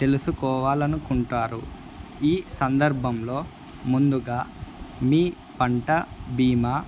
తెలుసుకోవాలి అనుకుంటారు ఈ సందర్భంలో ముందుగా మీ పంట బీమా